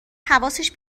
حواسش